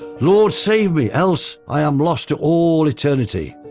lord save me, else i am lost to all eternity,